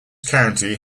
county